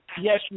yes